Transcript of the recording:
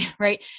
Right